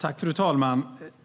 Fru talman!